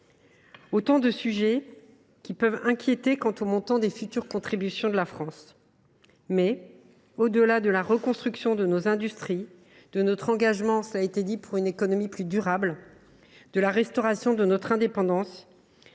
autant de sujets qui peuvent inquiéter quant au montant des futures contributions de la France. Toutefois, au delà de la reconstruction de nos industries, de notre engagement pour une économie plus durable, de la restauration de notre indépendance,